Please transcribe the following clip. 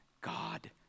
God